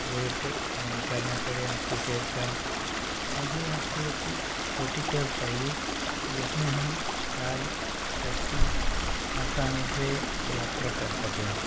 wait नहीं करना पड़े आपके कैब का मुझे आपकी एक छोटी कैब चाहिए जिसमें हम चार व्यक्ति आसानी से यात्रा कर सकें